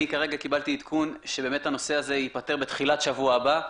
אני כרגע קיבלתי עדכון שבאמת הנושא הזה ייפתר בתחילת שבוע הבא.